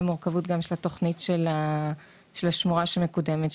המורכבות של התוכנית של השמורה שמקודמת,